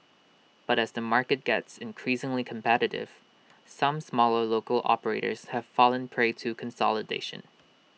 but as the market gets increasingly competitive some smaller local operators have fallen prey to consolidation